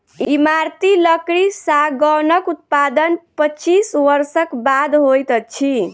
इमारती लकड़ी सागौनक उत्पादन पच्चीस वर्षक बाद होइत अछि